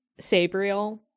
Sabriel